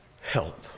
help